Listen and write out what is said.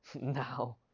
now